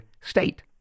state